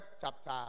chapter